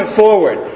forward